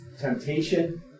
temptation